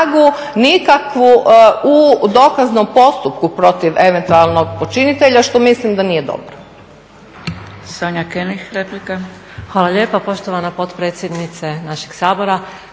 nikakvu u dokaznom postupku protiv eventualnog počinitelja što mislim da nije dobro.